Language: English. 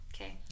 Okay